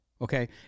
okay